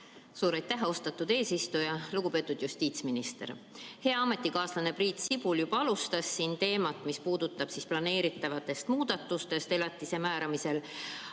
Suur aitäh, austatud eesistuja! Lugupeetud justiitsminister! Hea ametikaaslane Priit Sibul juba alustas siin teemat, mis puudutab planeeritavaid muudatusi elatise määramisel.